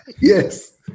Yes